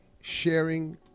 sharing